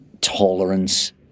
tolerance